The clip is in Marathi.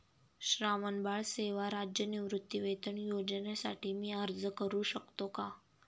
श्रावणबाळ सेवा राज्य निवृत्तीवेतन योजनेसाठी मी अर्ज करू शकतो का?